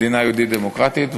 מדינה יהודית דמוקרטית.